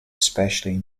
especially